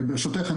ברשותך,